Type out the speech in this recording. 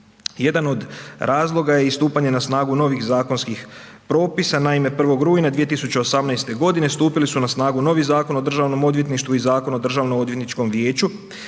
Jedan od razloga je i stupanje na snagu novih zakonskih propisa. Naime, 1. rujna 2018. godine stupili su na snagu novi Zakon o državnom odvjetništvu i Zakon o državno odvjetničkom vijeću.